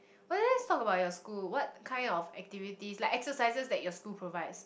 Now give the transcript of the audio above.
well let's talk about your school what kind of activities like exercises that your school provides